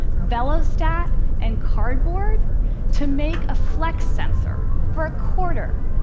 velostat, and cardboard to make a flex sensor for a quarter.